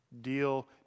Deal